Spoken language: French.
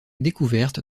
découverte